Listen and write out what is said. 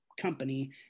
company